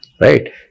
Right